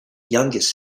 youngest